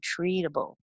treatable